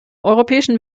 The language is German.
europäischen